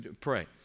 Pray